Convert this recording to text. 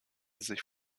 sich